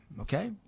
okay